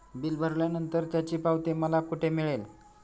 Bill भरल्यानंतर त्याची पावती मला कुठे मिळेल?